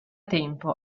tempo